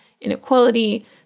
inequality